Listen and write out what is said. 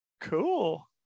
cool